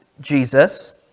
Jesus